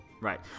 Right